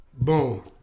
Boom